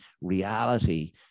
reality